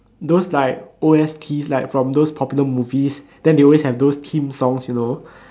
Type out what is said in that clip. those like O_S_T from those popular movie then they always have those theme songs you know